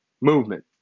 Movement